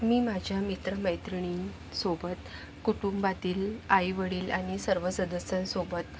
मी माझ्या मित्र मैत्रिणींसोबत कुटुंबातील आई वडील आणि सर्व सदस्यांसोबत